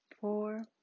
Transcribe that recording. four